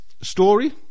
story